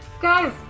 Guys